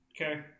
Okay